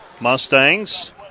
Mustangs